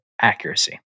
accuracy